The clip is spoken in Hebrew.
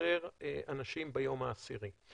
לשחרר אנשים ביום העשירי.